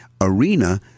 arena